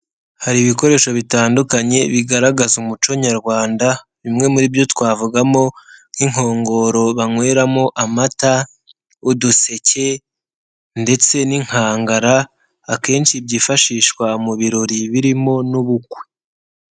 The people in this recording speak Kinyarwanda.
Hari ibikoresho bitandukanye, bigaragaza umuco nyarwanda, bimwe muri byo twavugamo nk'inkongoro banyweramo amata, uduseke ndetse n'inkangara, akenshi byifashishwa mu birori birimo n'ubukwe.